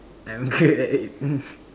I'm good at it